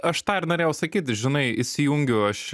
aš tą ir norėjau sakyti žinai įsijungiu aš